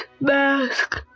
mask